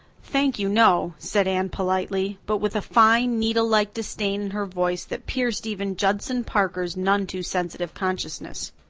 thank you, no, said anne politely, but with a fine, needle-like disdain in her voice that pierced even judson parker's none too sensitive consciousness.